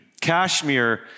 Kashmir